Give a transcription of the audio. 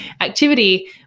activity